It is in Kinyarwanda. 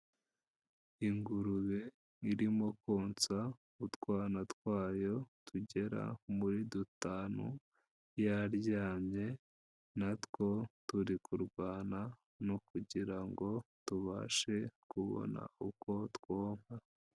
Ingurube irimo konsa utwana twayo tugera muri dutanu, yaryamye natwo turi kurwana no kugira ngo tubashe kubona uko twonka.